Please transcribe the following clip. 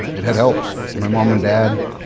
it had helped my mom and dad,